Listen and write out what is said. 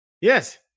Yes